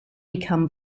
become